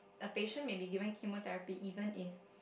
the patient may be given chemotherapy even if